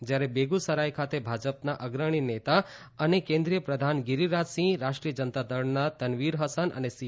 જયારે બેગુસરાય ખાતે ભાજપના અગ્રણી નેતા અને કેન્દ્રિય પ્રધાન ગિરીરાજ સિંહ રાષ્ટ્રીય જનતા દળના તનવીસ ફસન અને સી